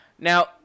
Now